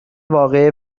واقعه